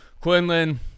Quinlan